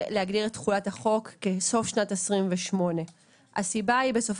להגדיר את תחולת החוק כסוף שנת 2028. לא,